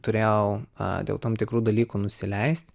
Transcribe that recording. turėjau a dėl tam tikrų dalykų nusileist